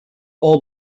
all